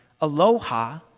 Aloha